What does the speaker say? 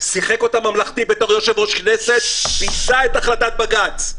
שיחק אותה ממלכתי בתור יושב-ראש כנסת וביזה את החלטת בג"ץ.